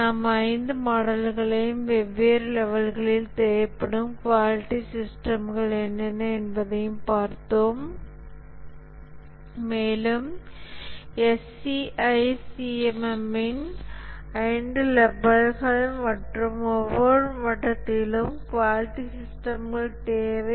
நாம் 5 மாடல்களையும் வெவ்வேறு லெவல்களில் தேவைப்படும் குவாலிட்டி சிஸ்டம்கள் என்னென்ன என்பதை பார்த்தோம் மேலும் SEI CMM இன் 5 லெவல்கள் மற்றும் ஒவ்வொரு மட்டத்திலும் குவாலிட்டி சிஸ்டம் தேவைகள்